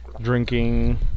drinking